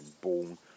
born